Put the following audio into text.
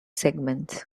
segments